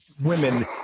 women